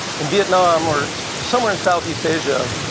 in vietnam or somewhere in southeast asia,